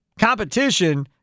competition